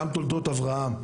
גם למתחם תולדות אברהם.